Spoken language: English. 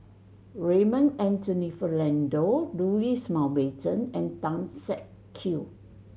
Raymond Anthony Fernando Louis Mountbatten and Tan Siak Kew